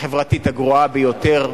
החברתית הגרועה ביותר.